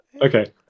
Okay